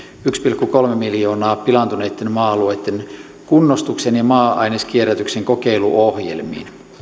yksi pilkku kolme miljoonaa pilaantuneitten maa alueitten kunnostukseen ja maa aineskierrätyksen kokeiluohjelmiin